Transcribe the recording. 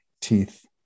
teeth